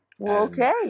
Okay